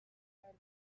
хайр